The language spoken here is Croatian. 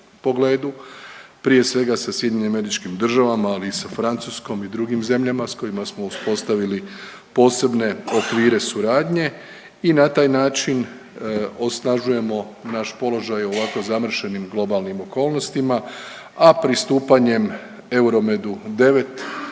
Prije svega sa SAD-om ali i sa Francuskom i drugim zemljama s kojima smo uspostavili posebne okvire suradnje i na taj način osnažujemo naš položaj u ovako zamršenim globalnim okolnostima, a pristupanjem Euromedu 9